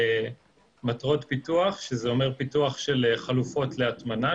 למטרות פיתוח שזה אומר פיתוח של חלופות להטמנה,